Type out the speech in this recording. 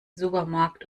supermarkt